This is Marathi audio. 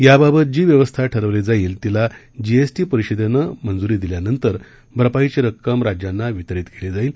याबाबत जी व्यवस्था ठरवली जाईल तिला जीएसटी परिषदेनं व्यवस्थेला मंजूरी दिल्यानंतर भरपाईची रक्कम राज्यांना वितरीत केली जाईल